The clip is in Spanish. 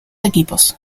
equipos